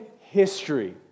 history